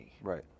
Right